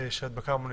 של הדבקה המונית.